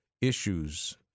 issues